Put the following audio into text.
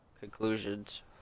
conclusions